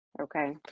okay